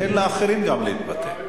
תן לאחרים גם להתבטא.